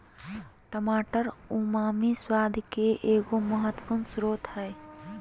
टमाटर उमामी स्वाद के एगो महत्वपूर्ण स्रोत हइ